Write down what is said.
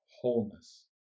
wholeness